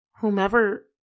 whomever